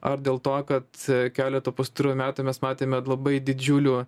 ar dėl to kad keletą pastarųjų metų mes matėme labai didžiulių